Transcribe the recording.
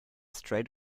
straight